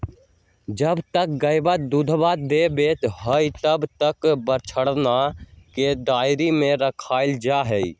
जब तक गयवा दूधवा देवा हई तब तक बछड़वन के डेयरी में रखल जाहई